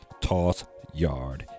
TOSSYARD